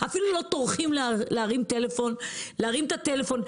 אפילו לא טורחים להרים את הטלפון.